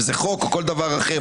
אם זה חוק או כל דבר אחר,